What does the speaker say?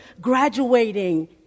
graduating